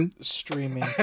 Streaming